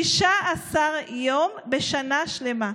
16 יום בשנה שלמה.